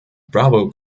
bravo